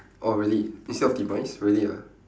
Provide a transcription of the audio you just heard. oh really instead of demise really ah